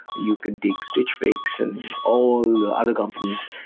you could take stitch fakes and all other companies.